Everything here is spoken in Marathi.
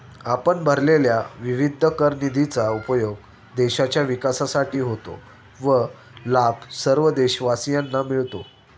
आपण भरलेल्या विविध कर निधीचा उपयोग देशाच्या विकासासाठी होतो व लाभ सर्व देशवासियांना मिळतो